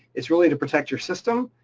it's really to protect your system.